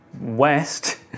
west